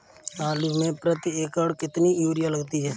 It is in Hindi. आलू में प्रति एकण कितनी यूरिया लगती है?